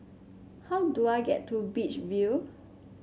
how do I get to Beach View